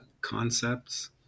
concepts